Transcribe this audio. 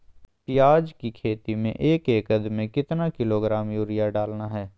प्याज की खेती में एक एकद में कितना किलोग्राम यूरिया डालना है?